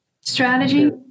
strategy